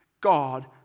God